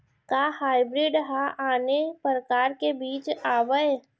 का हाइब्रिड हा आने परकार के बीज आवय?